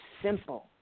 Simple